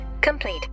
complete